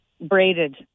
braided